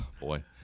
boy